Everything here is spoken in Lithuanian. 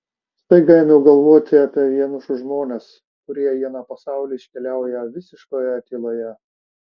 staiga ėmiau galvoti apie vienišus žmones kurie į aną pasaulį iškeliauja visiškoje tyloje